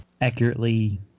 accurately